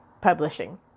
Publishing